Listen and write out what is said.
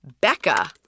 Becca